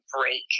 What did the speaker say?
break